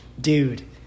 Dude